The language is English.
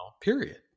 Period